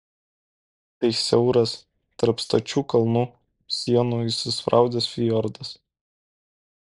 tai siauras tarp stačių kalnų sienų įsispraudęs fjordas